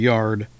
Yard